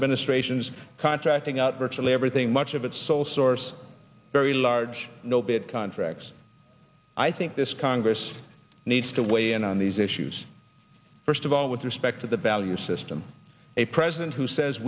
administration's contracting out virtually everything much of its sole source very large no bid contracts i think this congress needs to weigh in on these issues first of all with respect to the value system a president who says